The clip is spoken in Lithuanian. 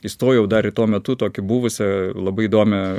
įstojau dar į tuo metu tokį buvusią labai įdomią